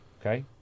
Okay